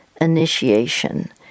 initiation